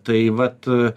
tai vat